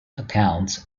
accounts